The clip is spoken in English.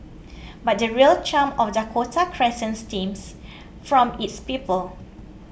but the real charm of Dakota Crescent stems from its people